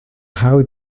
how